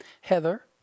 Heather